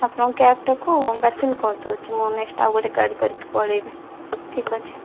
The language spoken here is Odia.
ଆପଣଙ୍କ କ୍ୟାବ୍ଟାକୁ ବାତିଲ୍ କରିଦେଉଛି ମୁଁ ନେକ୍ସଟ ଆଉ ଗୋଟିଏ ଗାଡ଼ି କରିକି ପଳାଇବି ଠିକ ଅଛି